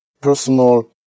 personal